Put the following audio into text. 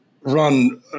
run